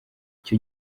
icyo